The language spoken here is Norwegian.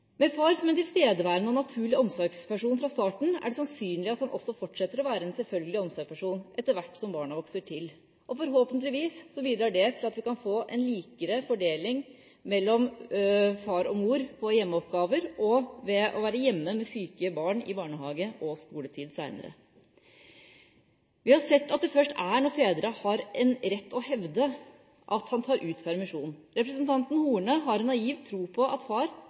Med far som en tilstedeværende og naturlig omsorgsperson fra starten av er det sannsynlig at han også fortsetter å være en selvfølgelig omsorgsperson etter hvert som barna vokser til. Forhåpentligvis bidrar det til at vi kan få en mer lik fordeling mellom far og mor når det gjelder hjemmeoppgaver og å være hjemme med syke barn i barnehage- og skoletid senere. Vi har sett at først når fedre har en rett å hevde, tar de ut permisjonen. Representanten Horne har en naiv tro på at far